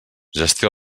gestió